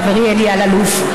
חברי אלי אלאלוף,